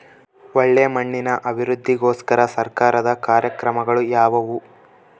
ಒಳ್ಳೆ ಮಣ್ಣಿನ ಅಭಿವೃದ್ಧಿಗೋಸ್ಕರ ಸರ್ಕಾರದ ಕಾರ್ಯಕ್ರಮಗಳು ಯಾವುವು?